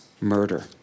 murder